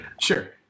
Sure